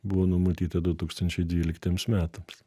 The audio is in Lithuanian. buvo numatyta du tūkstančiai dvyliktiems metams